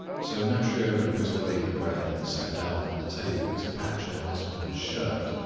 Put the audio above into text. so matryona put away the bread, and sat down at the table to patch her husband's shirt.